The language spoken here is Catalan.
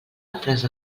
altres